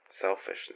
selfishness